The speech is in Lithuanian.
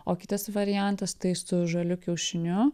o kitas variantas tai su žaliu kiaušiniu